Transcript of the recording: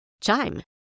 Chime